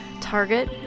target